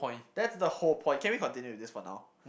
that's the whole point can we continue with this for now